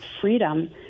freedom